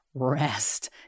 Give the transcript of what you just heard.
rest